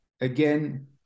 again